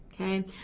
Okay